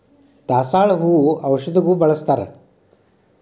ದಾಸಾಳ ಹೂ ಔಷಧಗು ಬಳ್ಸತಾರ